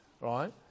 right